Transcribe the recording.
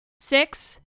six